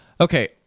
Okay